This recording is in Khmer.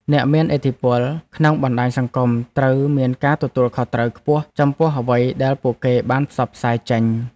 អ្នកមានឥទ្ធិពលក្នុងបណ្តាញសង្គមត្រូវមានការទទួលខុសត្រូវខ្ពស់ចំពោះអ្វីដែលពួកគេបានផ្សព្វផ្សាយចេញ។